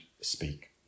speak